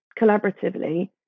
collaboratively